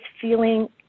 feeling